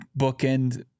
bookend